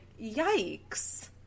yikes